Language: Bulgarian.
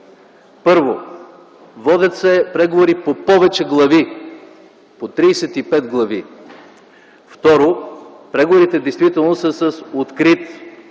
Първо, водят се преговори по повече глави – по 35 глави. Второ, преговорите действително са с открит край,